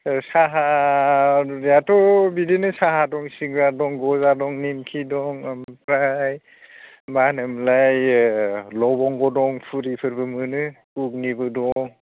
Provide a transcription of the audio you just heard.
ओ साहा नुनायाथ' बिदिनो साहा दंं सिंग्रा दं गजा दं निमकि दं ओमफ्राय मा होनोमोनलाय ओ लबंबो दं फुरिफोरबो मोनो गुगनिबो दं